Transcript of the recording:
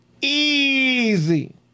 Easy